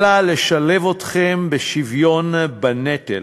אלא לשלב אתכם בשוויון בנטל,